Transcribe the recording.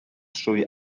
trwy